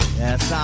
yes